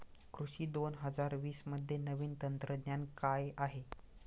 कृषी दोन हजार वीसमध्ये नवीन तंत्रज्ञान काय आहे?